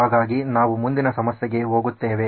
ಹಾಗಾಗಿ ನಾವು ಮುಂದಿನ ಸಮಸ್ಯೆಗೆ ಹೋಗುತ್ತೇವೆ